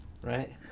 Right